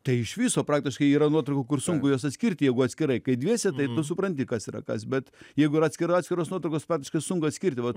tai iš viso praktiškai yra nuotraukų kur sunku juos atskirti jeigu atskirai kai dviese tai supranti kas yra kas bet jeigu yra atskira atskiros nuotakos praktiškai sunku atskirti